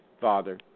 Father